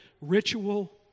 ritual